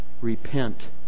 Repent